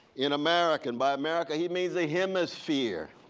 in america, and by america he means the hemisphere.